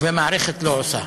והמערכת לא עושה.